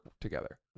together